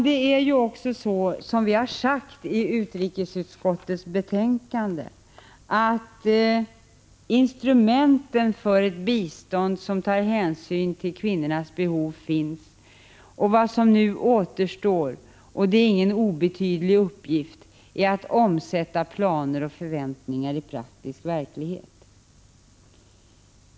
Det är också så, som vi har framhållit i utrikesutskottets betänkande, att instrumenten för ett bistånd som tar hänsyn till kvinnornas behov nu finns. Vad som återstår är — och det är ingen obetydlig uppgift — att omsätta planer och förväntningar i praktisk verklighet.